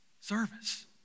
Service